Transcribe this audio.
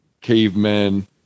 Cavemen